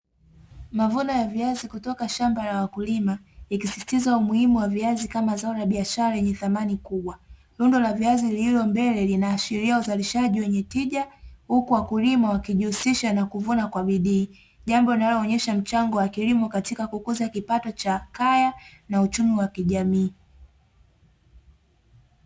Mavuno ya viazi kutoka shamba la wakulima ikisisitiza umuhimu wa viazi kama zao na biashara yenye thamani kubwa. Lundo la viazi lililo mbele linaashiria uzalishaji wenye tija, huku wakulima wakijihusisha na kuvuna kwa bidii jambo linaloonyesha mchango wa kilimo katika kukuza kipato cha kaya na uchumi wa kijamii.